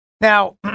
Now